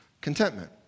contentment